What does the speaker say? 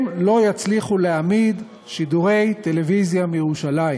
הם לא יצליחו להעמיד שידורי טלוויזיה בירושלים.